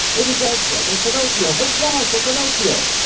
it is our brother pinocchio! hurrah for pinocchio!